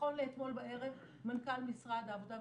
נכון לאתמול בערב מנכ"ל משרד העבודה,